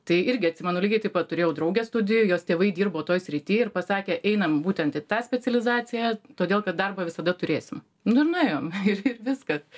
tai irgi atsimenu lygiai taip pat turėjau draugę studijų jos tėvai dirbo toj srity ir pasakė einam būtent į tą specializaciją todėl kad darbą visada turėsim nu ir nuėjom ir ir viskas